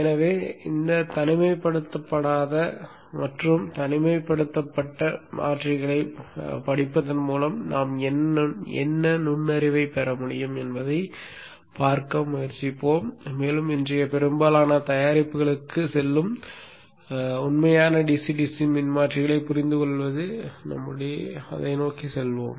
எனவே இந்த தனிமைப்படுத்தப்படாத மற்றும் தனிமைப்படுத்தப்பட்ட மாற்றிகளைப் படிப்பதன் மூலம் நாம் என்ன நுண்ணறிவைப் பெற முடியும் என்பதைப் பார்க்க முயற்சிப்போம் மேலும் இன்றைய பெரும்பாலான தயாரிப்புகளுக்குச் செல்லும் உண்மையான DC DC மின் மாற்றிகளைப் புரிந்துகொள்வதை நோக்கிச் செல்வோம்